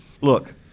look